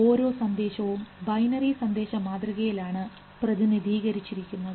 ഓരോ സന്ദേശവും ബൈനറി സന്ദേശം മാതൃകയിലാണ് പ്രതിനിധീകരിച്ചിരിക്കുന്നത്